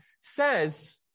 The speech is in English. says